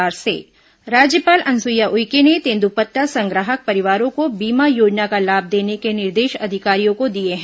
राज्यपाल समीक्षा बैठक राज्यपाल अनुसुईया उइके ने तेंद्रपत्ता संग्राहक परिवारों को बीमा योजना का लाभ देने के निर्देश अधिकारियों को दिए हैं